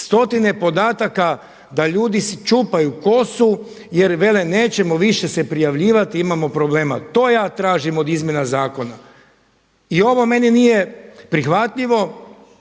stotine podataka da ljudi si čupaju kosu jer vele nećemo više se prijavljivati, imamo problema. To ja tražim od izmjena zakona. I ovo meni nije prihvatljivo